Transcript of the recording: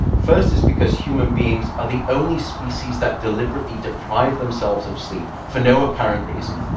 first, it's because human beings are the only species that deliberately deprive themselves of sleep for no apparent reason.